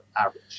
average